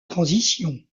transition